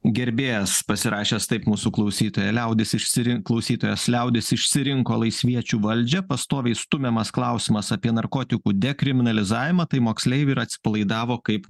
gerbėjas pasirašęs taip mūsų klausytoja liaudis išsirink klausytojas liaudis išsirinko laisviečių valdžią pastoviai stumiamas klausimas apie narkotikų dekriminalizavimą tai moksleiviai ir atsipalaidavo kaip